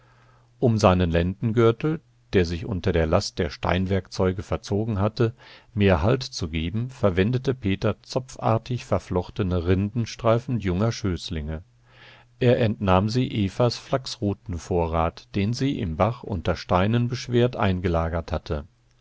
um seinen lendengürtel der sich unter der last der steinwerkzeuge verzogen hatte mehr halt zu geben verwendete peter zopfartig verflochtene rindenstreifen junger schößlinge er entnahm sie evas flachsrutenvorrat den sie im bach unter steinen beschwert eingelagert hatte